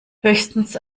höchstens